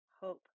Hope